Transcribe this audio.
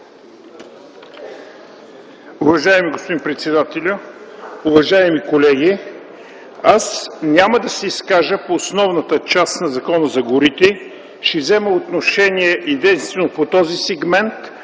Уважаеми господин председател, уважаеми колеги! Аз няма да се изкажа по основната част на Закона за горите, ще взема отношение единствено по този сегмент,